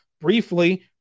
Briefly